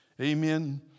amen